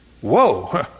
Whoa